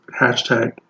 hashtag